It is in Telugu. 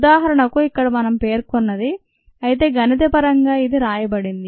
ఉదాహరణకు ఇక్కడ మనం పేర్కొన్నది అయితే గణిత పరంగా ఇది రాయబడింది